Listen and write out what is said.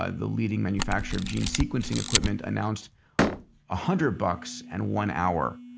ah the leading manufacturer of gene sequencing equipment, announced a hundred bucks and one hour.